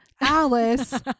Alice